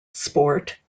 sport